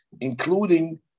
including